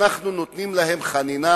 אנחנו נותנים להם חנינה,